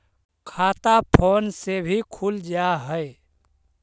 खाता फोन से भी खुल जाहै?